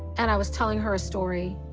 and i was telling her a story.